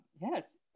Yes